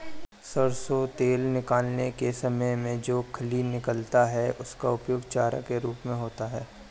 सरसों तेल निकालने के समय में जो खली निकलता है उसका प्रयोग चारा के रूप में होता है